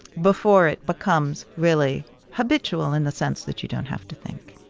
before it becomes really habitual in the sense that you don't have to think,